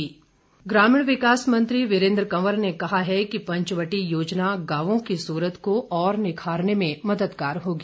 वीरेन्द्र कंवर ग्रामीण विकास मंत्री वीरेन्द्र कंवर ने कहा कि पंचवटी योजना गांवों की सूरत को और निखारने में मददगार होगी